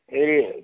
ए